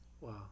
Wow